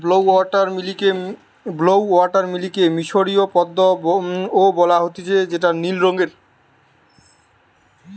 blue water লিলিকে মিশরীয় পদ্ম ও বলা হতিছে যেটা নীল রঙের